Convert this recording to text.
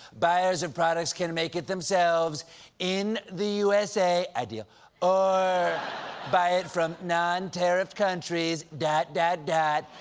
buyers of product can make it themselves in the u s a ideal or buy it from non tariffed countries dot, dot, dot,